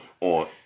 on